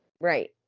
Right